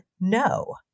no